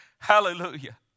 Hallelujah